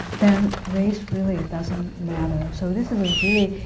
then race really doesn't matter. so this is a really